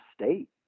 state